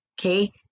okay